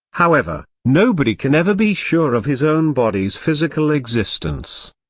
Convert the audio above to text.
however, nobody can ever be sure of his own body's physical existence.